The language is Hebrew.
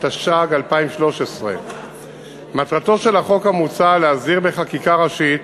התשע"ג 2013. מטרתו של החוק המוצע להסדיר בחקיקה ראשית